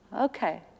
Okay